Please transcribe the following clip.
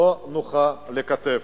לא נוחה לכתף.